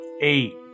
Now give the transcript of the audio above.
Eight